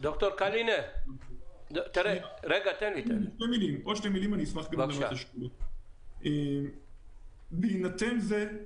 בהינתן זה,